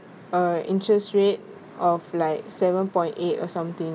uh interest rate of like seven point eight or something